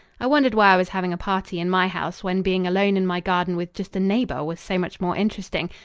i wondered why i was having a party in my house when being alone in my garden with just a neighbour was so much more interesting,